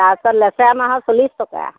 তাৰ পাছত লেচেৰামাহত চল্লিছ টকা